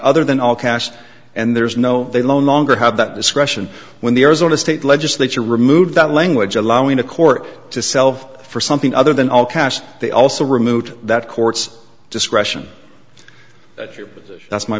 other than all cash and there's no they loan longer have that discretion when the arizona state legislature removed that language allowing the court to self for something other than all cash they also removed that court's discretion that's my